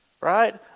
right